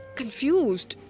confused